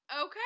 Okay